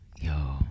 yo